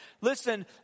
Listen